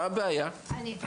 מה הבעיה?